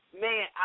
Man